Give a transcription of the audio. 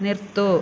നിർത്തൂ